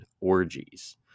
orgies